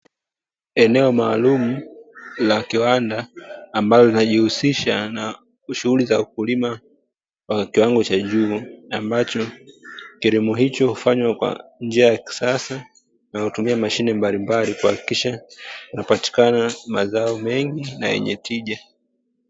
Eneo maalumu la kiwanda, ambalo linajihusisha na shughuli za ukulima wa kiwango cha juu, ambacho kilimo hicho hufanywa kwa njia ya kisasa na hutumia mashine mbalimbali kuhakikisha kunapatikana mazao mengi na yenye tija.